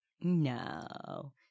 No